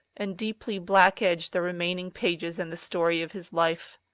and deeply black-edge the remaining pages in the story of his life.